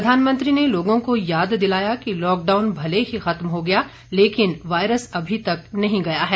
प्रधानमंत्री ने लोगों को याद दिलाया कि लॉकडाउन भले ही खत्म हो गया लेकिन वायरस अभी तक नहीं गया है